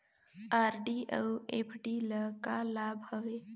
RD अऊ FD ल का लाभ हवे?